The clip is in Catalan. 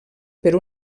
per